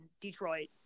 Detroit